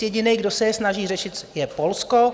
Jediný, kdo se je snaží řešit, je Polsko.